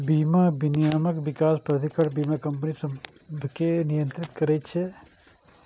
बीमा विनियामक विकास प्राधिकरण बीमा कंपनी सभकें नियंत्रित करै छै